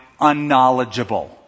unknowledgeable